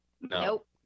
nope